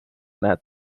näed